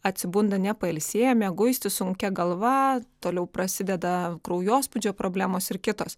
atsibunda nepailsėję mieguisti sunkia galva toliau prasideda kraujospūdžio problemos ir kitos